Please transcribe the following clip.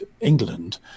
England